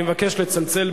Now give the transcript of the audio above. אני מבקש לצלצל,